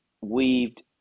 weaved